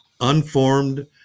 unformed